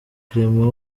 clement